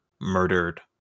murdered